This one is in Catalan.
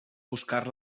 buscar